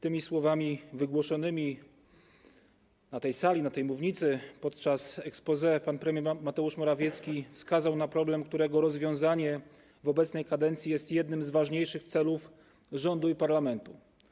Tymi słowami wygłoszonymi na tej sali, na tej mównicy podczas exposé pan premier Mateusz Morawiecki wskazał na problem, którego rozwiązanie w obecnej kadencji jest jednym z ważniejszych celów rządu i parlamentu.